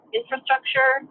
infrastructure